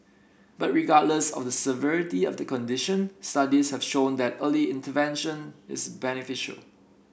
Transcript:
but regardless of the severity of the condition studies have shown that early intervention is beneficial